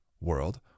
world